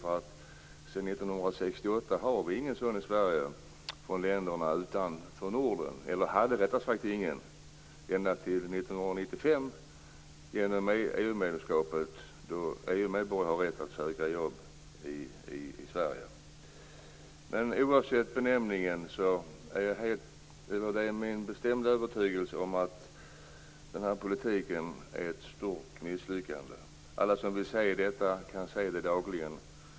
Sedan 1968 har vi nämligen inte haft någon sådan i Sverige när det gäller länderna utanför Norden, eller hade rättare sagt ingen ända fram till 1995 då EU-medborgare genom EU medlemskapet fick rätt att söka jobb i Sverige. Oavsett benämningen är det min bestämda övertygelse att den här politiken är ett stort misslyckande. Alla som vill kan se det dagligen.